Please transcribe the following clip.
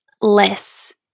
less